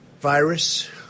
virus